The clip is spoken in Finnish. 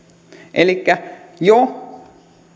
elikkä jo